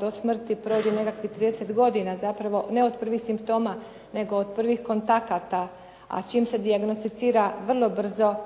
do smrti prođe nekakvih 30 godina, zapravo ne od prvih simptoma, nego od prvih kontakata, a čim se dijagnosticira ti ljudi,